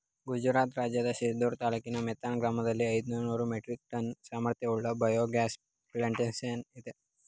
ಗುಜರಾತ್ ರಾಜ್ಯದ ಸಿದ್ಪುರ ತಾಲೂಕಿನ ಮೇಥಾನ್ ಗ್ರಾಮದಲ್ಲಿ ಐದುನೂರು ಮೆಟ್ರಿಕ್ ಟನ್ ಸಾಮರ್ಥ್ಯವುಳ್ಳ ಬಯೋಗ್ಯಾಸ್ ಪ್ಲಾಂಟೇಶನ್ ಇದೆ